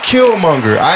Killmonger